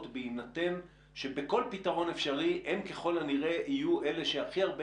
בהינתן שבכל פתרון אפשרי הם ככל הנראה יהיו אלה שהכי הרבה